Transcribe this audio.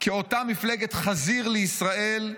כאותה מפלגת 'חזיר לישראל',